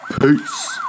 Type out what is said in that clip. Peace